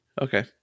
okay